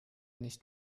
nicht